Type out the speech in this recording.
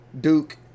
Duke